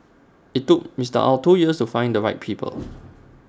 IT took Mister Ow two years to find the right people